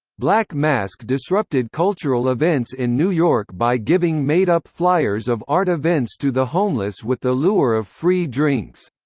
black mask disrupted cultural events in new york by giving made up flyers of art events to the homeless with the lure of free drinks.